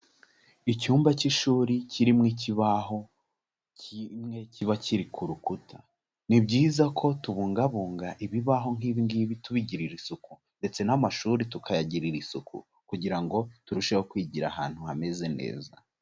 Icyumba cy'ishuri kirimwo ikibaho kimwe kiba kiri ku rukuta, ni byiza ko tubungabunga ibibaho nk'ibi ngibi tubigirira isuku, ndetse n'amashuri tukayagirira isuku, kugira ngo turusheho kwigira ahantu hameze neza.